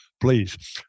please